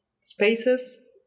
spaces